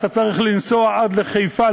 אתה צריך לנסוע עד לחיפה,